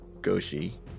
Goshi